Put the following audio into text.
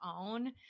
own